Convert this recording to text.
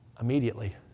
immediately